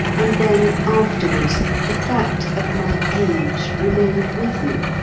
and then afterwards the fact of my age remained with me,